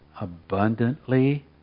abundantly